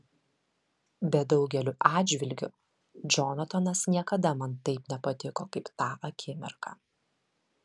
bet daugeliu atžvilgių džonatanas niekada man taip nepatiko kaip tą akimirką